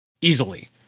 easily